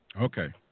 Okay